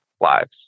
lives